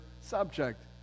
subject